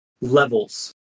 levels